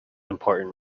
important